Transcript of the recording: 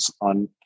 on